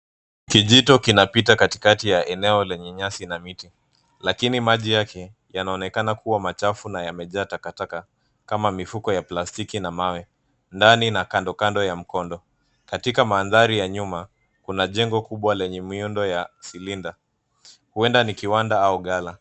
Kijito kinapita katikati ya eneo lenye nyasi na miti, lakini maji yake yanaonekana kuwa machafu na yamejaa takataka kama mifuko ya plastiki na mawe, ndani na kando kando ya mkondo. Katika mandhari ya nyuma kuna jengo kubwa lenye miundo ya silinda .Huenda ni kiwanda au ghala.